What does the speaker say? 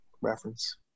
reference